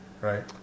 right